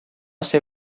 ser